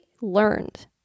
learned